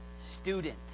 student